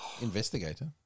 investigator